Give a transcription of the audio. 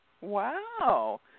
Wow